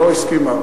לא הסכימה,